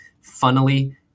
funnily